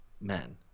men